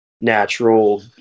natural